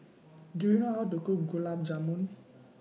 Do YOU know How to Cook Gulab Jamun